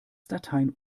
dateien